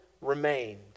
remained